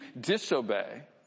disobey